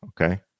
Okay